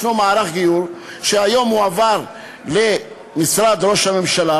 יש מערך גיור שהיום הועבר למשרד ראש הממשלה